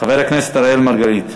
חבר הכנסת אראל מרגלית,